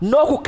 No